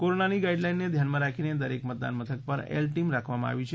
કોરોનાની ગાઈડલાઈનને ધ્યાનમાં રાખી દરેક મતદાન મથક પર એલ ટીમ રાખવામાં આવી છે